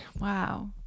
Wow